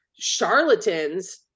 Charlatans